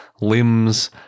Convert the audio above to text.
limbs